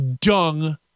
dung